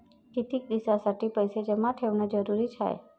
कितीक दिसासाठी पैसे जमा ठेवणं जरुरीच हाय?